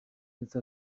ndetse